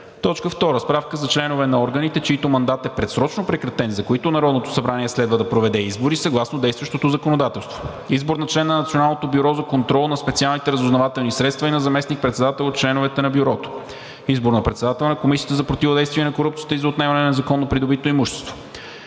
избора. 2. Справка за членове на органите, чийто мандат е предсрочно прекратен и за които Народното събрание следва да проведе избори съгласно действащото законодателство – избор на член на Националното бюро за контрол на специалните разузнавателни средства и на заместник-председател от членовете на Бюрото; избор на председател на Комисията за противодействие на корупцията и за отнемане на незаконно придобито имущество.